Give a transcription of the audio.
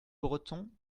breton